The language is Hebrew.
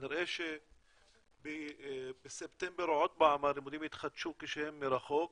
כנראה בספטמבר עוד פעם הלימודים יתחדשו כשהם מרחוק,